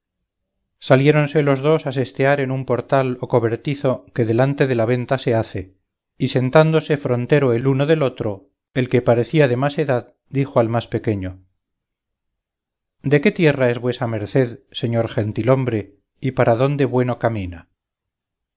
vaqueros saliéronse los dos a sestear en un portal o cobertizo que delante de la venta se hace y sentándose frontero el uno del otro el que parecía de más edad dijo al más pequeño de qué tierra es vuesa merced señor gentilhombre y para adónde bueno camina